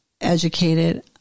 educated